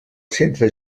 centre